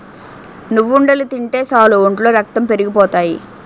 నువ్వుండలు తింటే సాలు ఒంట్లో రక్తం పెరిగిపోతాయి